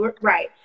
Right